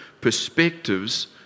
perspectives